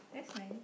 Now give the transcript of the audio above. that's nice